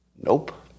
Nope